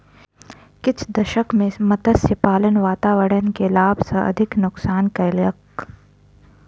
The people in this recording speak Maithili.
किछ दशक में मत्स्य पालन वातावरण के लाभ सॅ अधिक नुक्सान कयलक